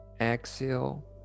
Exhale